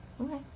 Okay